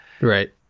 Right